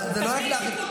אז אתה תחליט.